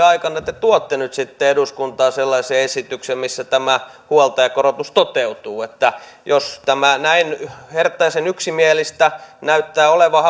aikana te tuotte eduskuntaan sellaisen esityksen missä tämä huoltajakorotus toteutuu jos tämä näin herttaisen yksimielistä näyttää olevan